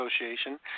Association